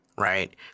Right